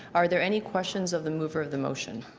are there any questions of the mover of the motion?